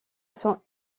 sont